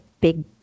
big